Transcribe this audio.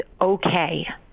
okay